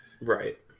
Right